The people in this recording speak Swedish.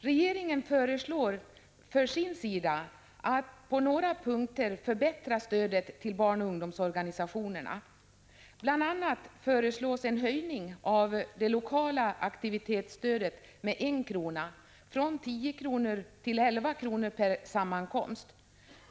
Regeringen föreslår att stödet till barnoch ungdomsorganisationerna skall förbättras på några punkter. Bl. a. föreslås en höjning av det lokala aktivitetsstödet med 1 kr., från 10 kr. till 11 kr. per sammankomst.